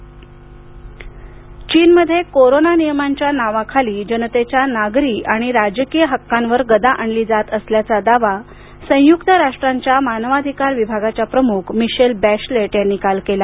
चीनवर टीका चीनमध्ये कोरोना नियमांच्या नावाखाली जनतेच्या नागरी आणि राजकीय हक्कांवर गदा आणली जात असल्याचा दावा संयुक्त राष्ट्रांच्या मानवाधिकार विभागाच्या प्रमुख मिशेल बॅशलेट यांनी काल केला